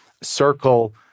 Circle